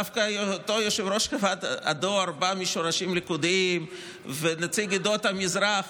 דווקא אותו יושב-ראש ועד הדואר בא משורשים ליכודיים ונציג עדות המזרח.